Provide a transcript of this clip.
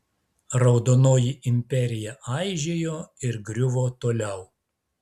raudonoji imperija aižėjo ir griuvo toliau